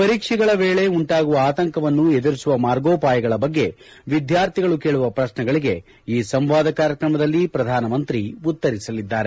ಪರೀಕ್ಷೆಗಳ ವೇಳೆ ಉಂಟಾಗುವ ಆತಂಕವನ್ನು ಎದುರಿಸುವ ಮಾರ್ಗೋಪಾಯಗಳ ಬಗ್ಗೆ ವಿದ್ಯಾರ್ಥಿಗಳು ಕೇಳುವ ಪ್ರತ್ನೆಗಳಿಗೆ ಈ ಸಂವಾದ ಕಾರ್ಯಕ್ರಮದಲ್ಲಿ ಪ್ರಧಾನಮಂತ್ರಿ ಉತ್ತರಿಸಲಿದ್ದಾರೆ